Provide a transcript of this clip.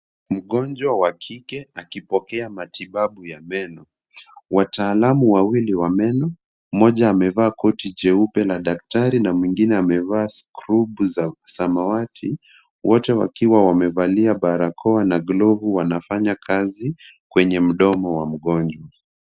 Mgonjwa wa kike akipokea matibabu ya meno. Wataalamu wawili wa meno, mmoja amevaa koti jeupe la daktari na mwingine amevaa skrobu za samawati, wote wakiwa wamevalia barakoa na glovu wanafanya kazi kwenye mdomo wa mgonjwa.